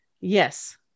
yes